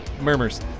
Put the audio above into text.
murmurs